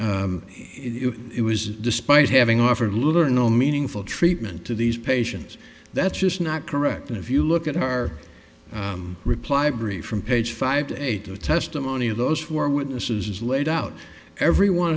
it was despite having offered little or no meaningful treatment to these patients that's just not correct and if you look at our reply brief from page five to eight the testimony of those four witnesses is laid out every one